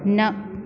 न